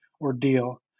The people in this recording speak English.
ordeal